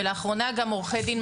ולאחרונה גם עורכי דין,